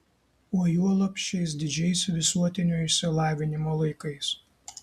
o juolab šiais didžiais visuotinio išsilavinimo laikais